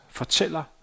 fortæller